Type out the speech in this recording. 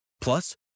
Plus